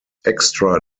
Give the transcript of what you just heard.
extra